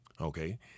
Okay